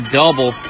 double